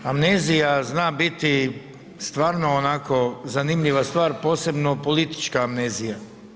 Amnezija zna biti stvarno onako zanimljiva stvar, posebno politička amnezija.